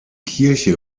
kirche